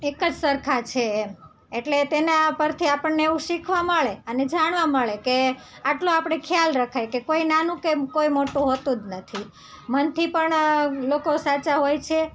એક જ સરખાં છે એમ એટલે તેને આ પરથી આપણને એવું શીખવા મળે અને જાણવા મળે કે આટલો આપણે ખ્યાલ રખાય કે કોઈ નાનું કે કોઈ મોટું હોતું જ નથી મનથી પણ લોકો સાચાં હોય છે અને